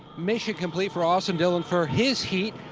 mission complete for austin dillon for his heat.